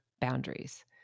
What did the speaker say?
boundaries